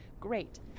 great